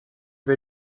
wir